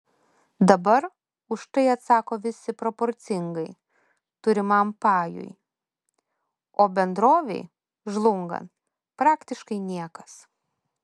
dabar už tai atsako visi proporcingai turimam pajui o bendrovei žlungant praktiškai niekas